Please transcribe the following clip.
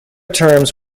terms